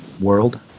world